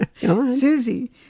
Susie